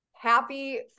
Happy